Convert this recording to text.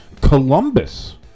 Columbus